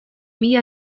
mila